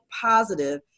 positive